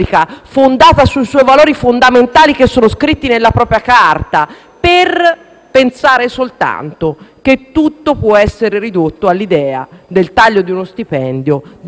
pensa soltanto che tutto possa essere ridotto all'idea del taglio di uno stipendio o di un seggio. Vi dico allora: eliminiamolo proprio il Parlamento.